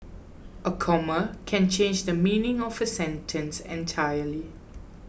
a comma can change the meaning of a sentence entirely